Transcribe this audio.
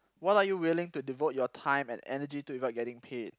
what are you willing to devote your time and energy to without getting paid